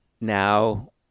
Now